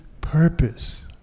purpose